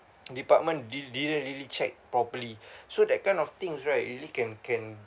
department did didn't really check properly so that kind of things right usually can can